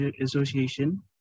Association